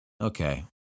Okay